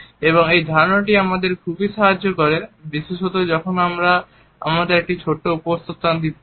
এবং এই ধারণাটি আমাদের খুবই সাহায্য করে বিশেষত যখন আমাদের একটি ছোট উপস্থাপনা দিতে হয়